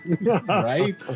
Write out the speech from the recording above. Right